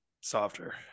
softer